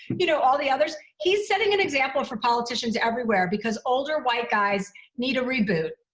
you know, all the others. he's setting an example for politicians everywhere. because older white guys need a reboot.